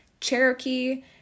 Cherokee